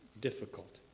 difficult